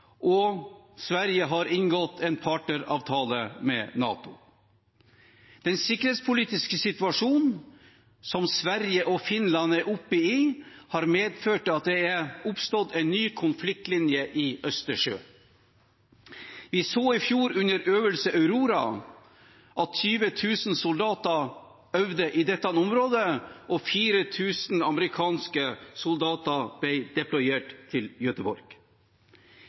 og Sverige har inngått en partneravtale med NATO. Den sikkerhetspolitiske situasjonen som Sverige og Finland er oppe i, har medført at det har oppstått en ny konfliktlinje i Østersjøen. Vi så i fjor under øvelsen Aurora at 20 000 soldater øvde i dette området, og 4 000 amerikanske soldater ble deployert til